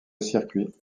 circuit